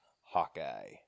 Hawkeye